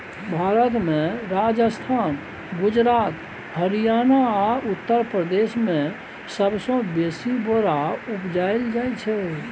भारत मे राजस्थान, गुजरात, हरियाणा आ उत्तर प्रदेश मे सबसँ बेसी बोरा उपजाएल जाइ छै